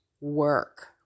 work